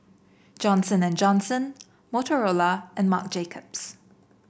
Johnson And Johnson Motorola and Marc Jacobs